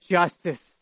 justice